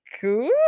cool